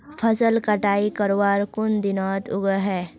फसल कटाई करवार कुन दिनोत उगैहे?